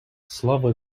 слава